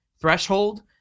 threshold